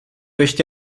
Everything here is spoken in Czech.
ještě